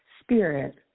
spirit